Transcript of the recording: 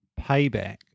payback